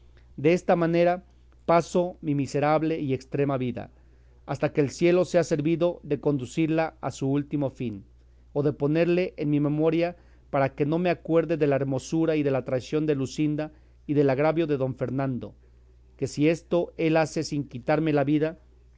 majadas desta manera paso mi miserable y estrema vida hasta que el cielo sea servido de conducirle a su último fin o de ponerle en mi memoria para que no me acuerde de la hermosura y de la traición de luscinda y del agravio de don fernando que si esto él hace sin quitarme la vida